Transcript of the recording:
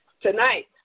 tonight